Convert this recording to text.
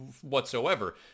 whatsoever